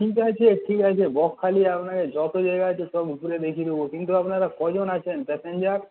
ঠিক আছে ঠিক আছে বকখালি আপনার যত জায়গা আছে সব ঘুরে দেখিয়ে দেব কিন্তু আপনারা ক জন আছেন প্যাসেঞ্জার